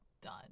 done